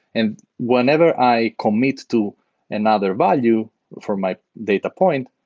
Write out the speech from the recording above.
and whenever i commit to another value for my data point,